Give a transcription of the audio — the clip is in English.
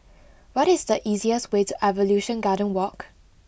what is the easiest way to Evolution Garden Walk